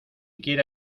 quiera